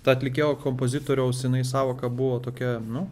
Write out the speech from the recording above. ta atlikėjo kompozitoriaus jinai sąvoka buvo tokia nu